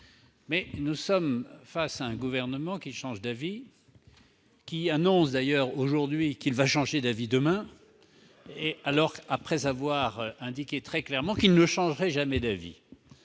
! Nous sommes face à un gouvernement qui change d'avis ; ainsi, il annonce aujourd'hui qu'il va changer d'avis demain, après avoir indiqué très clairement qu'il ne changerait jamais d'avis